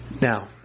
Now